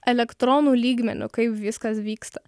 elektronų lygmeniu kaip viskas vyksta